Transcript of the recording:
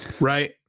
Right